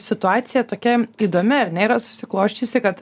situacija tokia įdomi ar ne yra susiklosčiusi kad